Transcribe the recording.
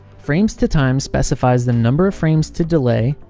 framestotime specifies the number of frames to delay,